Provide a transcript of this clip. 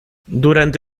durante